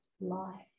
life